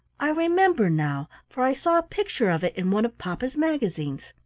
i remember now, for i saw a picture of it in one of papa's magazines.